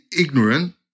ignorant